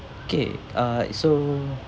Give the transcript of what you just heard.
okay uh so